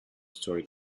story